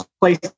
place